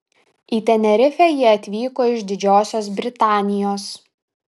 į tenerifę jie atvyko iš didžiosios britanijos